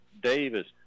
davis